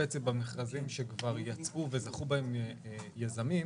במכרזים שכבר יצאו וזכו בהם יזמים,